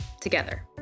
together